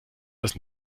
das